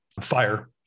Fire